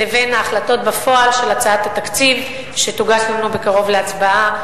לבין ההחלטות בפועל של הצעת התקציב שתוגש לנו בקרוב להצבעה.